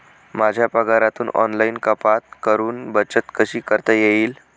माझ्या पगारातून ऑनलाइन कपात करुन बचत कशी करता येईल?